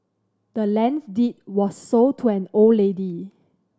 the land's deed was sold to the old lady